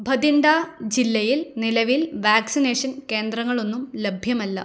ഭതിണ്ടാ ജില്ലയിൽ നിലവിൽ വാക്സിനേഷൻ കേന്ദ്രങ്ങളൊന്നും ലെഭ്യമല്ല